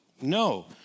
No